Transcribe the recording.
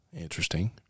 interesting